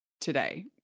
today